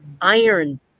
iron